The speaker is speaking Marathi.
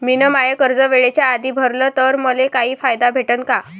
मिन माय कर्ज वेळेच्या आधी भरल तर मले काही फायदा भेटन का?